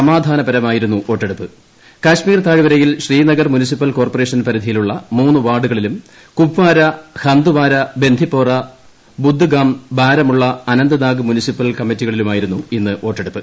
സമാധാനപരമായിരുന്നു കശ്മീർ താഴ്വരയിൽ Srinagar municipal corporation പരിധിയിലുള്ള മൂന്ന് വാർഡുകളിലും കുപ്പാര ഹന്ത്വാര ബന്ദിപോറ ബുദ്ഗാം ബാരമുള്ള അനന്ത്നാഗ് മുൻസിപ്പൽ കമ്മിറ്റികളിലുമായിരുന്നു ഇന്ന് വോട്ടെടുപ്പ്